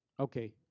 Okay